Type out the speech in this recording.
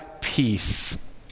peace